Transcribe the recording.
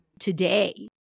today